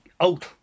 out